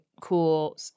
cool